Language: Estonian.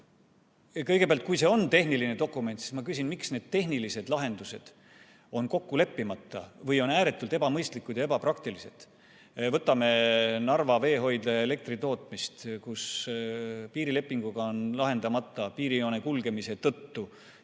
Kõigepealt, kui see on tehniline dokument, siis ma küsin, miks need tehnilised lahendused on kokku leppimata või on ääretult ebamõistlikud ja ebapraktilised. Võtame Narva veehoidla ja elektritootmise, kus piirilepinguga on piirijoone kulgemise tõttu